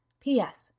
p s.